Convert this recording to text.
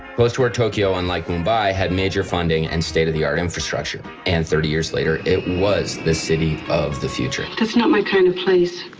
post-war tokyo, unlike mumbai, had major funding and state of the art infrastructure and thirty years later it was the city of the future. that's not my kind of place.